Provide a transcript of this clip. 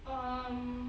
um